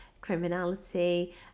criminality